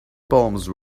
palms